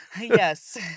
yes